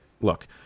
look